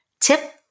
Tip